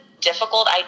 difficult